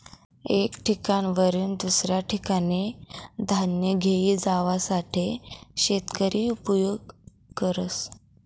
एक ठिकाणवरीन दुसऱ्या ठिकाने धान्य घेई जावासाठे शेतकरी उपयोग करस